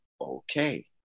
okay